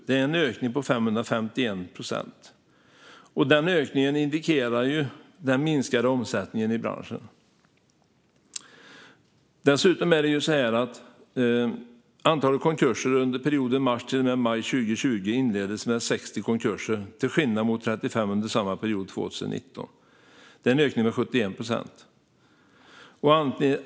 Det är en ökning på 551 procent. Denna ökning indikerar den minskade omsättningen i branschen. Dessutom var antalet konkurser 60 stycken under perioden mars till maj 2020, vilket kan jämföras med 35 konkurser under samma period 2019. Det innebär en ökning med 71 procent.